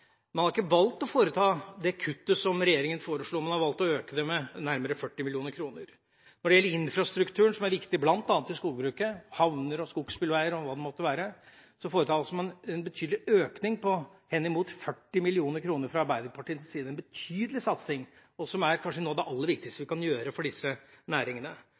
har ikke valgt å foreta det kuttet som regjeringa foreslo, man har valgt å øke med nærmere 40 mill. kr. Når det gjelder infrastrukturen, som er viktig bl.a. i skogbruket – havner og skogsbilveier og hva det måtte være – foretar man fra Arbeiderpartiets side en betydelig økning, en satsing på henimot 40 mill. kr, som kanskje er noe av det aller viktigste vi kan gjøre for disse næringene.